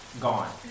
gone